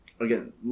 again